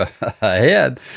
ahead